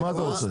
לא, רגע.